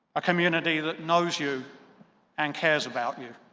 a community that knows you and cares about you.